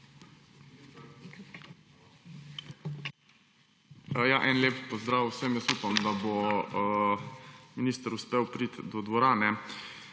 En lep pozdrav vsem! Upam, da bo ministru uspelo priti do dvorane.